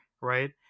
Right